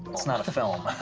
it's not a film.